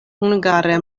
hungare